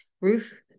Ruth